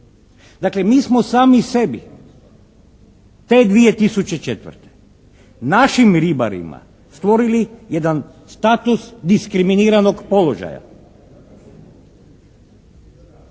Dakle, mi smo sami sebi te 2004. našim ribarima stvorili jedan status diskriminiranog položaja,